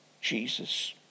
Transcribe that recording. Jesus